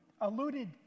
alluded